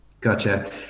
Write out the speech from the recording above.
Gotcha